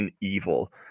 evil